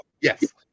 Yes